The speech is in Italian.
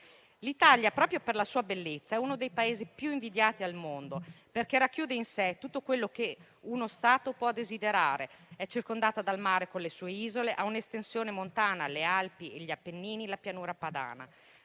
L'Italia, proprio per la sua bellezza, è uno dei Paesi più invidiati al mondo, perché racchiude in sé tutto ciò che uno Stato può desiderare: con le sue isole è circondata dal mare, ha un'estensione montana (le Alpi e gli Appennini) e la pianura Padana.